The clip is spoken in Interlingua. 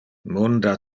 munde